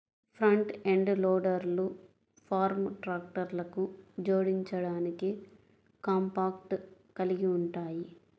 front end లోడర్లు farm ట్రాక్టర్లకు జోడించడానికి కాంపాక్ట్ కలిగి ఉంటాయి